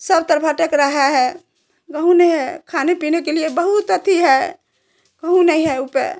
सब तरफ भटक रहा है कहूँ नहीं है खाने पीने के लिए बहुत अत्ति है कहूँ नहीं है उपाय